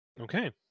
Okay